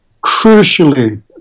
Crucially